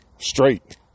straight